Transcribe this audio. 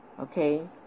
okay